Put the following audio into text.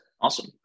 awesome